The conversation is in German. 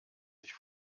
sich